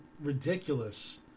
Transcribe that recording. ridiculous